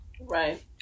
right